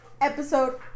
episode